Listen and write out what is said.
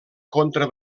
contra